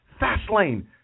Fastlane